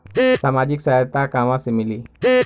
सामाजिक सहायता कहवा से मिली?